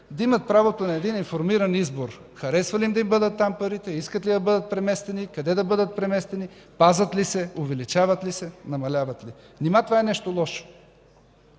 да имат правото на един информиран избор – харесва ли им да бъдат парите им там, искат ли да бъдат преместени, къде да бъдат преместени, пазят ли се, увеличават ли се, намаляват ли? Нима това е нещо лошо?